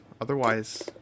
otherwise